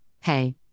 hey